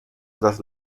tras